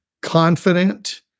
confident